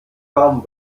warm